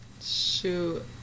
shoot